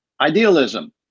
idealism